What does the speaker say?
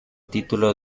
título